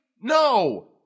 No